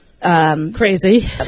Crazy